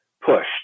push